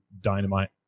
Dynamite